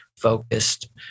focused